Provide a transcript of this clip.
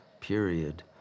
period